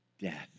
death